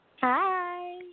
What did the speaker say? Hi